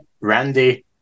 Randy